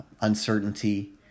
uncertainty